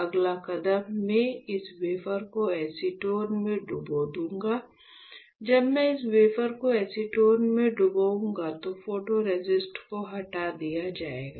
अगला कदम में इस वेफर को एसीटोन में डुबो दूंगा जब मैं इस वेफर को एसीटोन में डुबाऊंगा तो फोटोरेसिस्ट को हटा दिया जाएगा